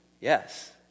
Yes